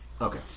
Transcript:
Okay